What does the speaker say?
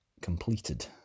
completed